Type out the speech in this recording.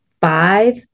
Five